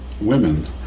women